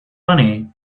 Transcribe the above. money